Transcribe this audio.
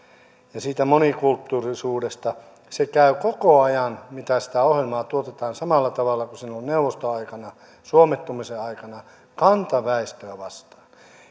ja siitä monikulttuurisuudesta siinä käy koko ajan mitä sitä ohjelmaa tuotetaan samalla tavalla kuin silloin neuvostoaikana suomettumisen aikana kantaväestöä vastaan